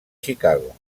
chicago